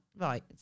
Right